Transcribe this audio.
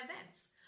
events